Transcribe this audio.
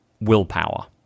willpower